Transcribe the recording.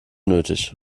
nötig